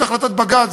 זאת החלטת בג"ץ,